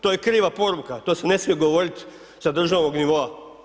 To je kriva poruka, to se ne smije govoriti sa državnog nivoa.